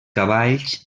cavalls